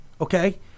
okay